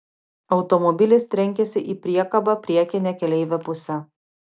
automobilis trenkėsi į priekabą priekine keleivio puse